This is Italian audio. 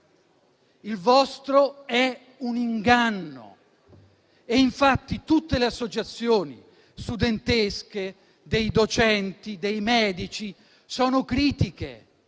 Il vostro è un inganno. E infatti tutte le associazioni, studentesche, dei docenti e dei medici sono critiche